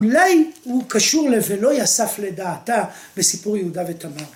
‫אולי הוא קשור לולא יסף לדעתה ‫בסיפור יהודה ותמר.